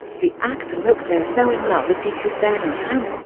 the actor looked oh-so-in love as he kissed emma's hand.